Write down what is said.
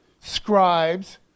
scribes